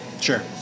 Sure